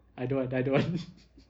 I don't want I don't want